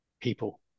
people